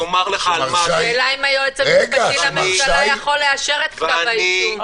השאלה אם היועץ המשפטי לממשלה יכול לאשר את כתב האישום,